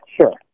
sure